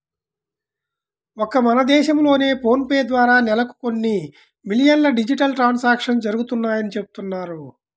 ఒక్క మన దేశంలోనే ఫోన్ పే ద్వారా నెలకు కొన్ని మిలియన్ల డిజిటల్ ట్రాన్సాక్షన్స్ జరుగుతున్నాయని చెబుతున్నారు